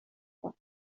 froid